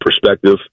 perspective